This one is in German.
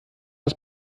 das